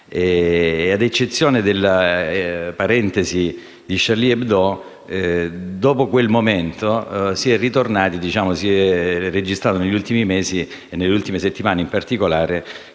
a eccezione della parentesi di «Charlie Hebdo», dopo quel momento si è registrato negli ultimi mesi, e nelle ultime settimane in particolare